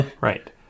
Right